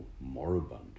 moribund